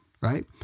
right